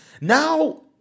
Now